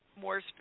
more